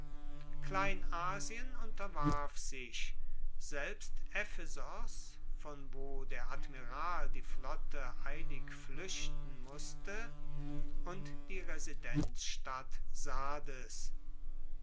kleinasien unterwarf sich selbst ephesos von wo der admiral die flotte eilig fluechten musste und die residenzstadt sardes